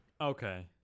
okay